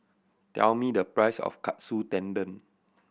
tell me the price of Katsu Tendon